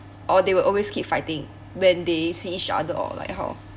or they will always keep fighting when they see each other or like how